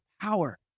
power